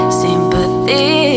sympathy